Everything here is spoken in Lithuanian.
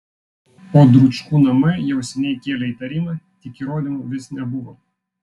o dručkų namai jau seniai kėlė įtarimą tik įrodymų vis nebuvo